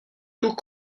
tout